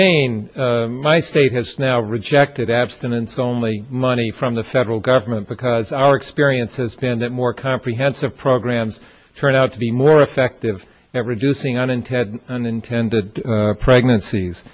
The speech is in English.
maine my state has now rejected abstinence only money from the federal government because our experience has been that more comprehensive programs turn out to be more effective at reducing unintended unintended pregnancies